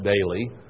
daily